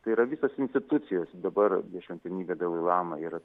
tai yra visos institucijos dabar šventenybė dalailama yra